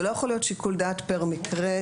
זה לא יכול להיות שיקול דעת פר מקרה.